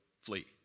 flee